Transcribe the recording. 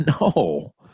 no